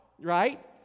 Right